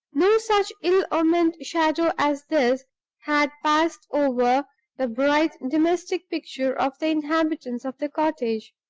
no such ill-omened shadow as this had passed over the bright domestic picture of the inhabitants of the cottage,